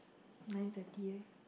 nine thirty eh